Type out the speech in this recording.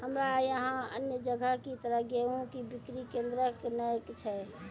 हमरा यहाँ अन्य जगह की तरह गेहूँ के बिक्री केन्द्रऽक नैय छैय?